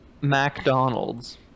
mcdonald's